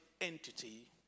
entity